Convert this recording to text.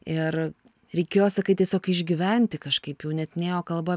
ir reikėjo sakai tiesiog išgyventi kažkaip jau net nėjo kalba